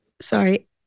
Sorry